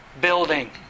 building